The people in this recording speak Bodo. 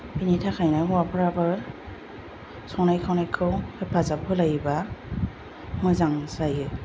बिनि थाखायनो हौवाफोराबो संनाय खावनायखौ हेफाजाब होलायब्ला मोजां जायो